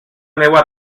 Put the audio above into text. meua